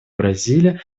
бразилия